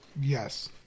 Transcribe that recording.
Yes